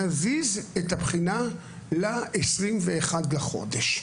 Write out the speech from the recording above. נזיז את הבחינה ל-21 בחודש.